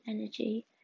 energy